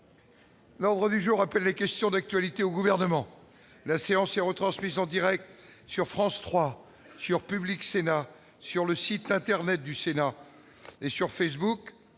Alors revue jour après les questions d'actualité au gouvernement, la séance est retransmise en Direct sur France 3 sur Public Sénat sur le site internet du Sénat et sur Facebook,